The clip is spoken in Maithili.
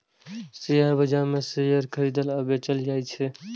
शेयर बाजार मे शेयर खरीदल आ बेचल जाइ छै